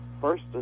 first